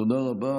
תודה רבה.